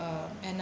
uh